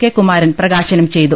K Kumaran പ്രകാശനം ചെയ്തു